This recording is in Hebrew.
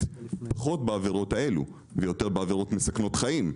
פחות בעבירות האלו ויותר בעבירות מסכנות חיים.